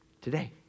Today